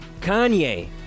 Kanye